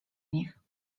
nich